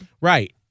Right